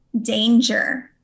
danger